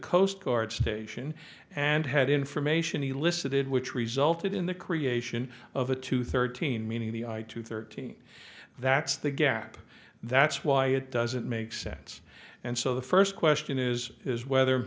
coast guard station and had information elicited which resulted in the creation of a two thirteen meaning the i two thirteen that's the gap that's why it doesn't make sense and so the first question is is whether